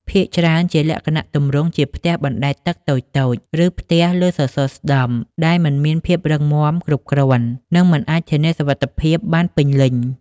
ភាគច្រើនជាលក្ខណៈទម្រង់ជាផ្ទះបណ្តែតទឹកតូចៗ ឬផ្ទះលើសសរស្ដម្ភដែលមិនមានភាពរឹងមាំគ្រប់គ្រាន់ និងមិនអាចធានាសុវត្ថិភាពបានពេញលេញ។